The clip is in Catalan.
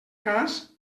cas